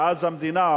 המדינה,